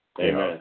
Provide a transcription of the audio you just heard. Amen